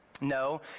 No